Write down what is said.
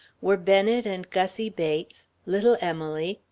were bennet and gussie bates, little emily,